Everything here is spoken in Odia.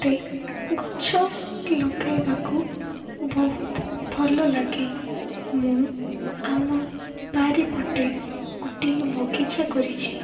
ମତେ ଗଛ ଲଗାଇବାକୁ ବହୁତ ଭଲ ଲାଗେ ମୁଁ ଆମ ବାରିପଟେ ଗୋଟିଏ ବଗିଚା କରିଛି